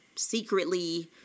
Secretly